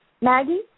Maggie